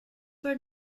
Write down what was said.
were